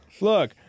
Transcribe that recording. look